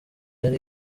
yari